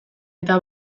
eta